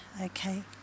okay